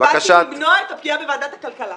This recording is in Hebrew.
באתי למנוע את הפגיעה בוועדת הכלכלה.